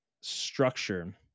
structure